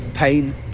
Pain